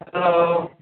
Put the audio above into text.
hello